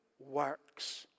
works